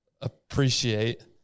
appreciate